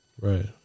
Right